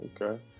Okay